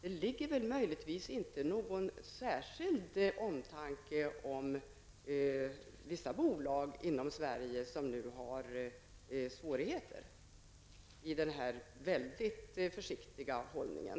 Det ligger väl inte någon särskild omtanke om vissa bolag inom Sverige som nu har svårigheter i den väldigt försiktiga hållningen?